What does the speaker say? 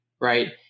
Right